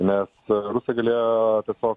nes rusai galėjo tiesiog